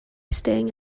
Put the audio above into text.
staying